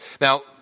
Now